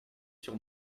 sur